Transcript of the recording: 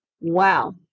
Wow